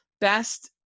best